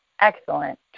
excellent